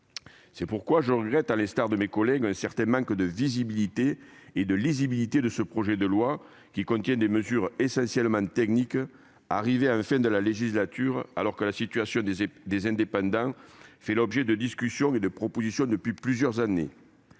C'est pourquoi je regrette, à l'instar de mes collègues, un certain manque de visibilité et de lisibilité de ce projet de loi, qui contient des mesures essentiellement techniques et arrive en fin de législature, alors que la situation des indépendants fait l'objet de discussions et de propositions depuis plusieurs années-